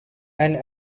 and